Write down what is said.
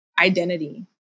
identity